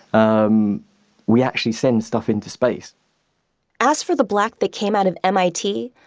um we actually send stuff into space as for the black that came out of mit,